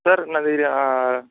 sir నాది